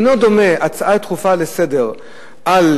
אינה דומה הצעה דחופה לסדר-היום על